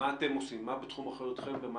בהיבט הזה ומה בתחום אחריותכם.